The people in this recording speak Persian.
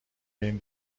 این